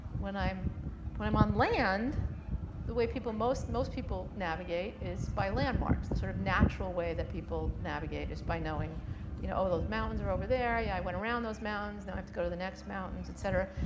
when i'm when i'm on land the way most most people navigate is by landmarks. the sort of natural way that people navigate is by knowing you know oh, those mountains are over there. i went around those mountains. now i have to go to the next mountains, et cetera.